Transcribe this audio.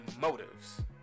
motives